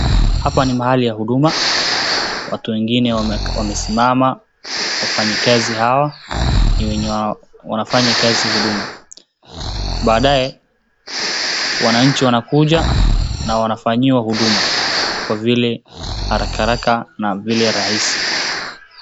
Hapa ni mahali ya huduma watu wengine wamesimama. Wafanyakazi hawa ni wenye wanafanya kazi huduma center baadaye wananchi wanakuja na wanafanyiwa huduma kwa vile haraka haraka na vile rahisi.